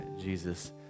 Jesus